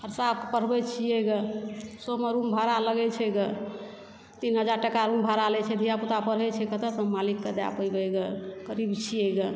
आओर साफ़ पढ़बै छियै ग सेहो मे रूम भाड़ा लागै छै ग तीन हजार टका रूम भाड़ा लै छै धिया पूता पढ़ै छै कतय सॅं मालिक के दय पेबै ग गरीब छियै ग